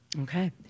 Okay